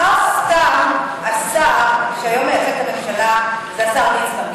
לא סתם השר שהיום מייצג את הממשלה הוא השר ליצמן,